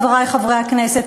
חברי חברי הכנסת,